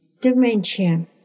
Dementia